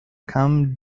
camp